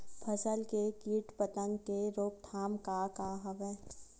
फसल के कीट पतंग के रोकथाम का का हवय?